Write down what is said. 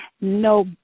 no